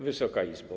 Wysoka Izbo!